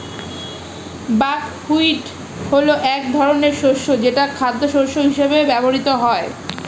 buckwheat হলো এক ধরনের শস্য যেটা খাদ্যশস্য হিসেবে ব্যবহৃত হয়